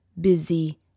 busy